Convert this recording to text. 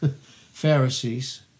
Pharisees